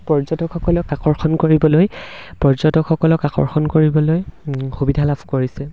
পৰ্যটকসকলক আকৰ্ষণ কৰিবলৈ পৰ্যটকসকলক আকৰ্ষণ কৰিবলৈ সুবিধা লাভ কৰিছে